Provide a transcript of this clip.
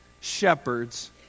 shepherds